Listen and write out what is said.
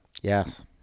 Yes